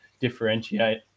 differentiate